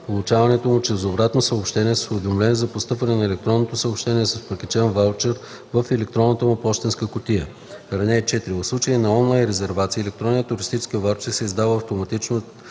получаването му чрез обратно съобщение с уведомление за постъпване на електронното съобщение с прикачен ваучер в електронната му пощенска кутия. (4) В случай на онлайн резервация електронен туристически ваучер се издава автоматично от